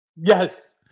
Yes